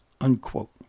unquote